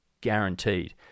Guaranteed